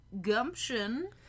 gumption